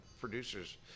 producers